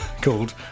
called